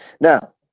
Now